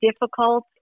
difficult